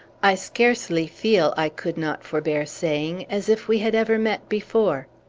i scarcely feel, i could not forbear saying, as if we had ever met before.